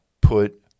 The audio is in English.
put